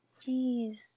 jeez